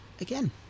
again